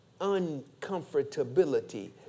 uncomfortability